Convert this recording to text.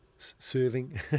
serving